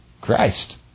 Christ